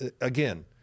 again